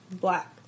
black